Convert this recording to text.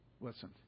Listen